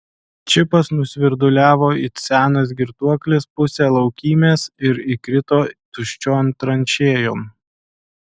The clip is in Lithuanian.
čipas nusvirduliavo it senas girtuoklis pusę laukymės ir įkrito tuščion tranšėjon